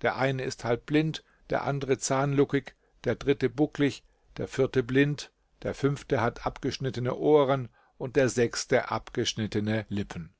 der eine ist halb blind der andere zahnluckig der dritte bucklig der vierte blind der fünfte hat abgeschnittene ohren und der sechste abgeschnittene lippen